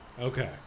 okay